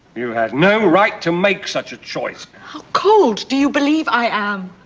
you had no right to make such a choice. how cold do you believe i am?